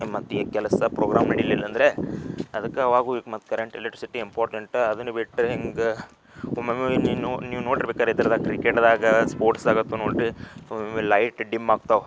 ಮತ್ತು ಈಗ ಕೆಲಸ ಪ್ರೋಗ್ರಾಮ್ ನಡಿಲಿಲ್ಲ ಅಂದರೆ ಅದಕ್ಕೆ ಆವಾಗ್ಲೂ ಮತ್ತು ಕರೆಂಟ್ ಎಲೆಕ್ಟ್ರಿಸಿಟಿ ಇಂಪಾರ್ಟೆಂಟ ಅದನ್ನ ಬಿಟ್ಟು ಹಿಂಗೆ ಒಮ್ಮೊಮ್ಮೆ ನೀನು ನೀವು ನೋಡಿರ್ಬೇಕಾದ್ರೆ ಇದ್ರದಾಗ ಕ್ರಿಕೆಟ್ದಾಗ ಸ್ಪೋರ್ಟ್ಸ್ದಾಗ ಅಂತೂ ನೋಡಿ ಲೈಟ್ ಡಿಮ್ ಆಗ್ತಾವೆ